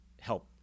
help